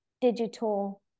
digital